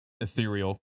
ethereal